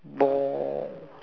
long